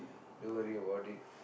don't worry about it